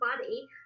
body